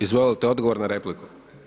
Izvolite odgovor na repliku.